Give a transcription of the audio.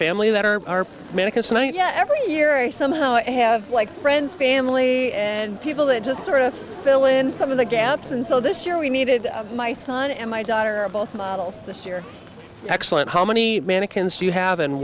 family that are americans tonight yet every year i somehow have like friends family and people that just sort of fill in some of the gaps and so this year we needed my son and my daughter are both models this year excellent how many mannequins do you have and